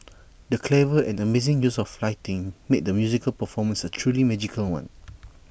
the clever and amazing use of lighting made the musical performance A truly magical one